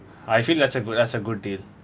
I feel that's a good that's a good deal